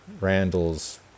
Randall's